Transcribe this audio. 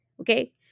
Okay